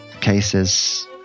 cases